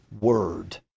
word